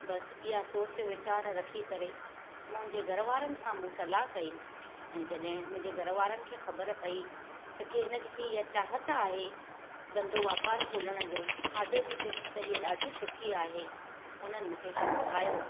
बसि इहा सोच वीचार रखी करे मुंहिंजे घरवारनि सां मूं सलह कई ऐं जड॒हिं मुंजे घरवारनि खे ख़बरु पई त की हिनखे इहा चाहत आहे धंधो वापार खोलण जो खाधे पीते में त हीअ डा॒ढी सुठी आहे उन्हनि मूंखे हिमथायो